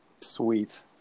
Sweet